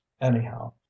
anyhow